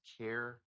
care